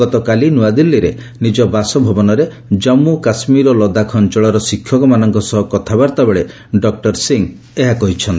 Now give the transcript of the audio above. ଗତକାଲି ନୂଆଦିଲ୍ଲୀରେ ନିଜ ବାସଭବନରେ ଜାଳ୍ପୁ କାଶ୍ମୀର ଓ ଲଦାଖ ଅଞ୍ଚଳର ଶିକ୍ଷକମାନଙ୍କ ସହ କଥାବାର୍ତ୍ତା ବେଳେ ଡକୁର ସିଂହ ଏହା କହିଛନ୍ତି